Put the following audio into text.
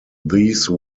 these